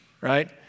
right